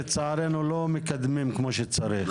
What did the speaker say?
לצערנו לא מקדמים כמו שצריך.